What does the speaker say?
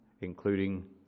including